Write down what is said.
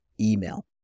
email